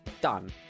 Done